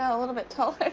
a little bit taller?